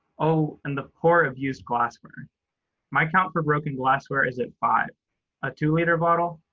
oh, and the poor abused glassware my count for broken glassware is at five a two-liter bottle,